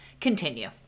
Continue